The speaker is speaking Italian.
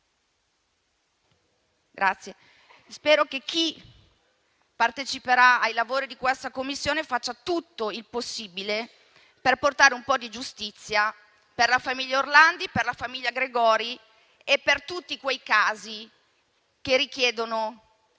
Spero che chi parteciperà ai lavori di questa Commissione faccia tutto il possibile per portare un po' di giustizia per la famiglia Orlandi, per la famiglia Gregori e per tutti quei casi che richiedono